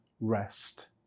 rest